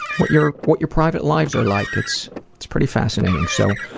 what your what your private lives are like. it's it's pretty fascinating, so